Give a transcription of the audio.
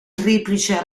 triplice